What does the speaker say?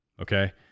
Okay